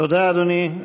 תודה, אדוני.